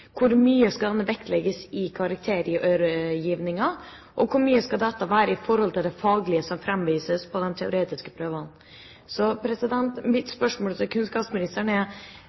Hvor mye skal den vektlegges i karaktergivningen? Hvor mye skal det bety i forhold til det faglige som fremvises på de teoretiske prøvene? Så mitt spørsmål til kunnskapsministeren er: